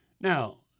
Now